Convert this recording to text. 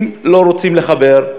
אם לא רוצים לחבר,